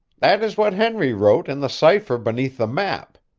that is what henry wrote in the cipher beneath the map.